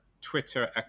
Twitter